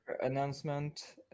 announcement